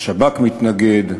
השב"כ מתנגד,